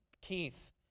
Keith